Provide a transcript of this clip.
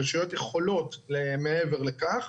הרשויות יכולות למעבר לכך,